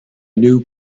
new